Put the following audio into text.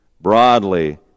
broadly